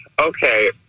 Okay